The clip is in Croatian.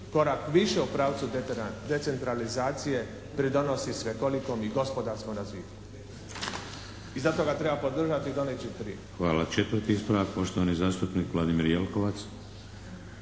korak više u pravcu decentralizacije, pridonosi svekolikom i gospodarskom razvitku i zato ga treba podržati i donijet čim prije. **Šeks, Vladimir (HDZ)** Hvala. Četvrti ispravak, poštovani zastupnik Vladimir Jelkovac.